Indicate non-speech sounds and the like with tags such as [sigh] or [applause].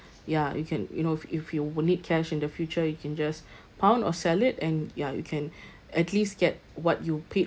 ya you can you know if if you will need cash in the future you can just [breath] pawn or sell it and ya you can [breath] at least get what you paid